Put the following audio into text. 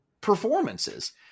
performances